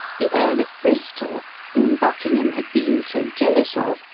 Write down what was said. the earl of bristol, whom buckingham had been so jealous of,